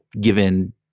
given